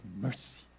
mercy